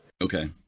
Okay